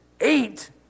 eight